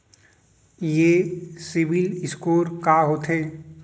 ये CIBIL score का होथे?